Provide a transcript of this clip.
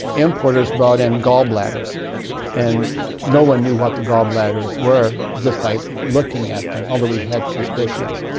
importers brought in gall bladders and no one knew what the gall bladders were just by looking at them, although we had suspicions.